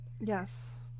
Yes